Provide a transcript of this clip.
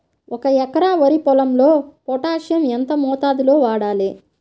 ఒక ఎకరా వరి పొలంలో పోటాషియం ఎంత మోతాదులో వాడాలి?